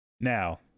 Now